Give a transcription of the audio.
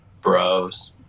Bros